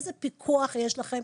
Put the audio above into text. איזה פיקוח יש לכם,